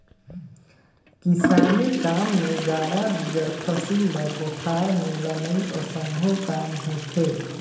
किसानी काम मे गाड़ा बिगर फसिल ल कोठार मे लनई असम्भो काम होथे